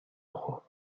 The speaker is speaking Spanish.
ojo